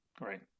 right